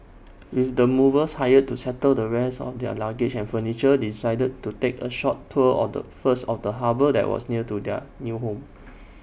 with the movers hired to settle the rest of their luggage and furniture they decided to take A short tour of the first of the harbour that was near their new home